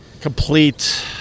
complete